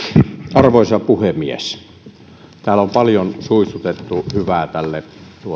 arvoisa puhemies täällä on paljon suitsutettu hyvää tälle